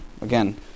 again